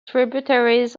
tributaries